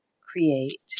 create